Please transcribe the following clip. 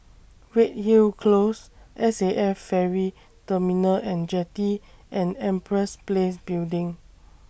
Redhill Close S A F Ferry Terminal and Jetty and Empress Place Building